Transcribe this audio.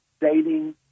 dating